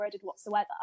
whatsoever